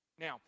Now